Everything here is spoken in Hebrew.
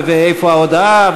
ואיפה ההודעה,